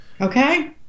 okay